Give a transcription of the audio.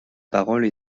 parole